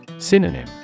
Synonym